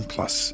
Plus